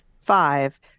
five